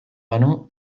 banu